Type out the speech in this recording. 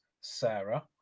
Sarah